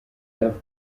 tuff